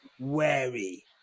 wary